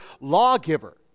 lawgiver